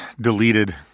deleted